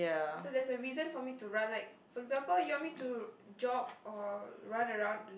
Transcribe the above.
so there's a reason for me to run like for example you want me to jog or run around